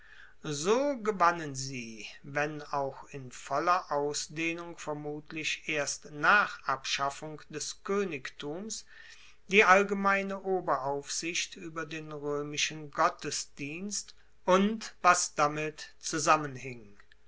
so gewannen sie wenn auch in voller ausdehnung vermutlich erst nach abschaffung des koenigtums die allgemeine oberaufsicht ueber den roemischen gottesdienst und was damit zusammenhing